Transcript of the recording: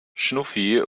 schnuffi